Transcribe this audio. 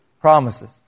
promises